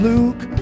Luke